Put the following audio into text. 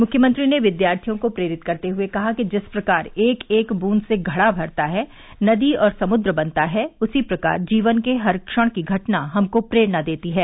मुख्यमंत्री ने विद्यार्थियों को प्रेरित करते हुए कहा कि जिस प्रकार एक एक बूंद से घड़ा भरता है नदी और समुद्र बनता है उसी प्रकार जीवन के हर क्षण की घटना हमको प्रेरणा देती है